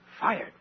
Fired